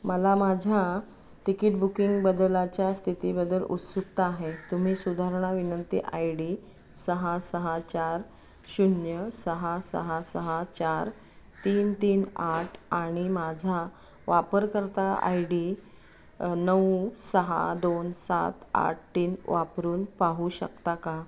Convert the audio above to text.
मला माझ्या ticket booking बदलाच्या स्थितीबद्दल उत्सुकता आहे तुम्ही सुधारणा विनंती आयडी सहा सहा चार शून्य सहा सहा सहा चार तीन तीन आठ आणि माझा वापरकर्ता आयडी नऊ सहा दोन सात आठ तीन वापरून पाहू शकता का